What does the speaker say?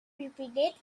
repeated